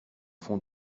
fond